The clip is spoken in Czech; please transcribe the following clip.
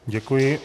Děkuji.